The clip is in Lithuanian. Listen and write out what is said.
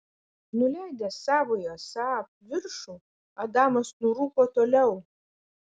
nuleidęs savojo saab viršų adamas nurūko toliau